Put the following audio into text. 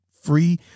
free